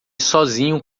sozinho